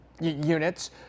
units